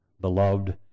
beloved